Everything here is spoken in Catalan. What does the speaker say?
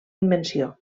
invenció